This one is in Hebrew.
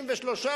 אחד לסכן חיים,